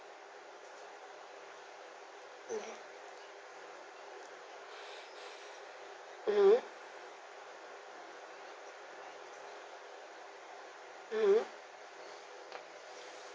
mmhmm mmhmm mmhmm